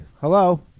hello